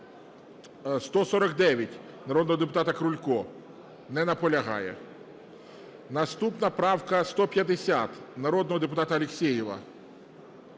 149 народного депутата Крулька. Не наполягає. Наступна правка 150 народного депутата Алєксєєва.